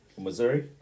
Missouri